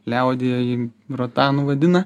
liaudyje jį rotanu vadina